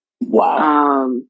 Wow